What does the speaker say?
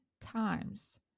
times